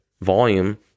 volume